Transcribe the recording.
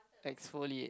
exfoliate